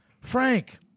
Frank